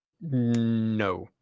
No